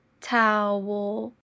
towel